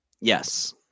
Yes